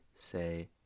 say